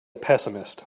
pessimist